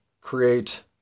create